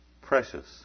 Precious